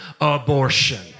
abortion